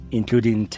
Including